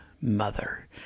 mother